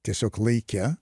tiesiog laike